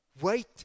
wait